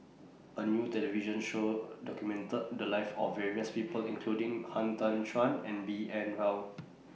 A New television Show documented The Lives of various People including Han Tan Juan and B N Rao